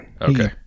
Okay